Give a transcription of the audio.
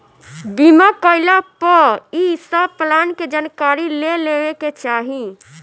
बीमा कईला पअ इ सब प्लान के जानकारी ले लेवे के चाही